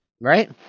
Right